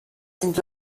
sind